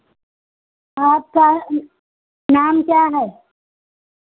आपका नाम क्या है